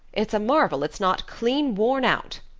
it's a marvel it's not clean worn out.